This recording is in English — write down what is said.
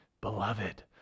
Beloved